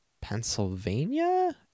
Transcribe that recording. Pennsylvania